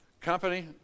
company